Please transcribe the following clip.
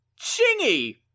Chingy